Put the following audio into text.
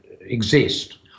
exist